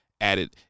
added